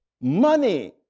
money